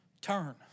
turn